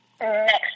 Next